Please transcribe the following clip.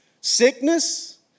sickness